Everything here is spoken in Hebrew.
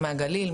מהגליל,